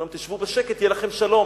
אומרים להם: תשבו בשקט, יהיה לכם שלום.